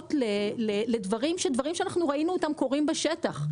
דוגמאות לדברים שראינו אותם קורים בשטח.